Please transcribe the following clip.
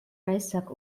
reissack